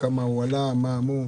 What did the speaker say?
כמה הוא עלה וכולי?